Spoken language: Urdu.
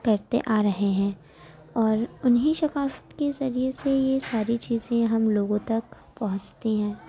کرتے آ رہے ہیں اور اُنہی سقافت کے ذریعہ سے یہ ساری چیزیں ہم لوگوں تک پہنچتی ہیں